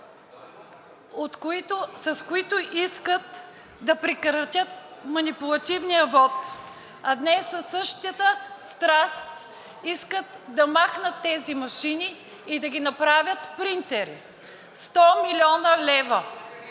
с които искат да прекратят манипулативния вот, а днес със същата страст искат да махнат тези машини и да ги направят принтери? 100 млн. лв.